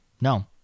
No